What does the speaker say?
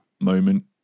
moment